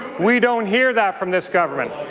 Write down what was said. we don't hear that from this government.